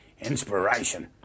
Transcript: Inspiration